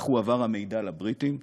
כך הועבר המידע לבריטים.